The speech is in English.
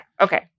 okay